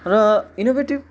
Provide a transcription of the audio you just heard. र इन्नोभेटिभ